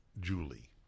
Julie